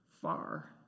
far